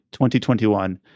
2021